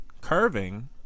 curving